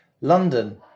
London